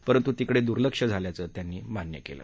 परंतु तिकडे दुर्लक्ष झाल्याचं त्यांनी मान्य केलं